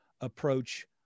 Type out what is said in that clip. approach